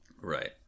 Right